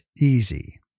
easy